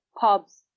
pubs